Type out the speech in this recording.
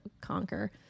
conquer